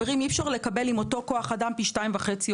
אי אפשר לקבל עם אותו כוח אדם פי שניים וחצי עולים.